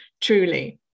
truly